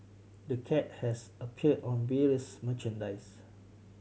the cat has appeared on various merchandise